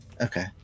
Okay